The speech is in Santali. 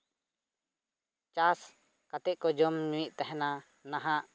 ᱪᱟᱥ ᱠᱟᱛᱮ ᱠᱚ ᱡᱚᱢ ᱧᱩᱭᱮᱫ ᱛᱟᱦᱮᱱᱟ ᱱᱟᱦᱟᱜ